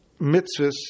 mitzvahs